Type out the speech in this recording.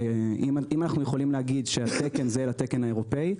אם אנו יכולים לומר שהתקן זה לתקן האירופאי,